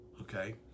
Okay